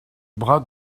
bras